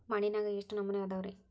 ಮಣ್ಣಿನಾಗ ಎಷ್ಟು ನಮೂನೆ ಅದಾವ ರಿ?